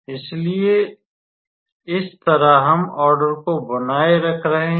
इसलिए इस तरह हम ऑर्डर को बनाए रख रहे हैं